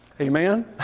Amen